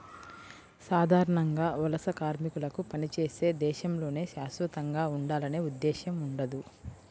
సాధారణంగా వలస కార్మికులకు పనిచేసే దేశంలోనే శాశ్వతంగా ఉండాలనే ఉద్దేశ్యం ఉండదు